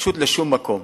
לשום מקום.